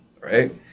right